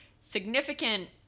significant